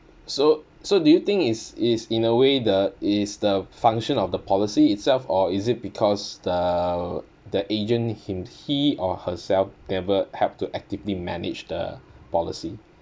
so so do you think is is in a way the is the function of the policy itself or is it because the the agent him he or herself never helped to actively manage the policy